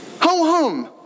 home